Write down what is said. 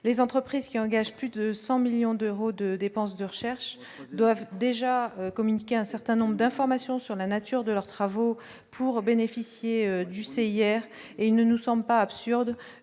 les entreprises qui engagent plus de 100 millions d'euros de dépenses de recherche doivent déjà communiquer un certain nombre d'informations sur la nature de leurs travaux pour bénéficier du C. hier et il ne nous sommes pas absurde